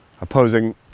opposing